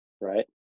right